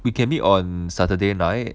we can be on saturday night